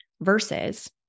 Versus